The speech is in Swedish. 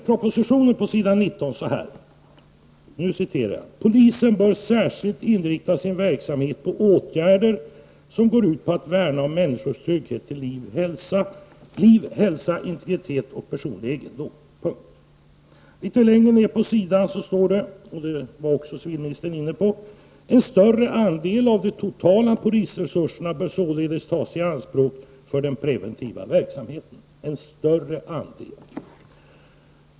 Propositionen säger på s. 19 så här: ''Polisen bör särskilt inrikta sin verksamhet på åtgärder som går ut på att värna om människornas trygghet till liv, hälsa, integritet och personlig egendom.'' Litet längre ner på sidan står det, vilket civilminstern också var inne på: ''En större andel av de totala polisresurserna bör således tas i anspråk för den preventiva verksamheten.'' -- En större andel.